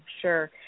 sure